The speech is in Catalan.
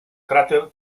cràter